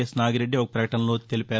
yes Nagireddy ఒక ప్రపకటనలో తెలిపారు